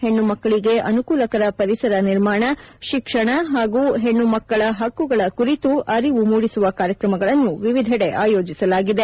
ಹೆಣ್ಣು ಮಕ್ಕಳಿಗೆ ಅನುಕೊಲಕರ ಪರಿಸರ ನಿರ್ಮಾಣ ಶಿಕ್ಷಣ ಹಾಗೂ ಹೆಣ್ಣು ಮಕ್ಕಳ ಹಕ್ಕುಗಳ ಕುರಿತು ಅರಿವು ಮೂಡಿಸುವ ಕಾರ್ಯಕ್ರಮಗಳನ್ನು ವಿವಿದೆಡೆ ಆಯೋಜಿಸಲಾಗಿದೆ